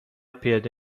پیاده